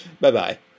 Bye-bye